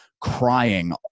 crying